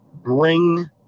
bring